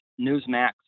newsmax